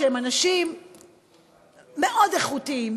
שהם אנשים מאוד איכותיים,